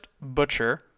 butcher